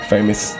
Famous